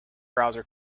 browser